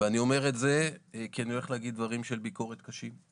אני אומר את זה כי אני הולך להגיד דברי ביקורת קשים.